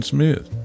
Smith